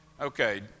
Okay